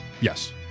Yes